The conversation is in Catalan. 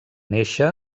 néixer